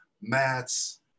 mats